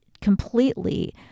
completely